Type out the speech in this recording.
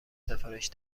سفارش